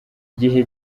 gihe